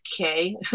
okay